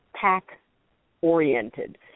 pack-oriented